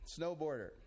snowboarder